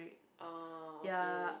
oh okay